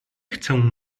chcę